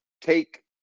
take